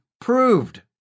proved